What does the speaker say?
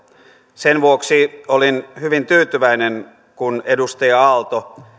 sen vuoksi olin hyvin tyytyväinen kun edustaja aalto